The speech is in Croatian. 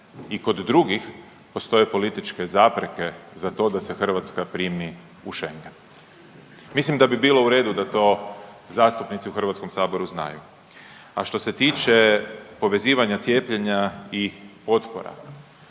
i kod drugih postoje političke zapreke za to da se Hrvatska primi u schengen. Mislim da bi bilo u redu da to zastupnici u Hrvatskom saboru znaju. A što se tiče povezivanja cijepljenja i otpora,